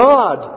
God